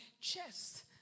chest